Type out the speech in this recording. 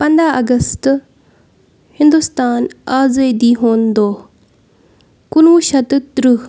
پنٛداہ اَگَستہٕ ہِندوستان آزٲدی ہُنٛد دۄہ کُنوُہ شیٚتھ تہٕ تٕرٛہ